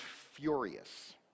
furious